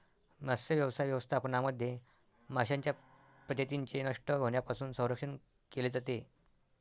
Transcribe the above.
मत्स्यव्यवसाय व्यवस्थापनामध्ये माशांच्या प्रजातींचे नष्ट होण्यापासून संरक्षण केले जाते